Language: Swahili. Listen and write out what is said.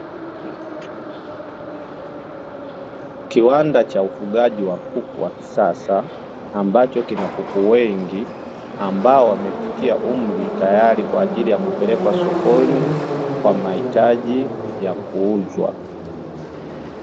Kiwanda cha ufugaji wa kuku wa kisasa, ambacho kina kuku wengi ambao wamefikia umri tayari kwa ajili ya kupelekwa sokoni kwa mahitaji ya kuuzwa.